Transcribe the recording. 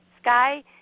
sky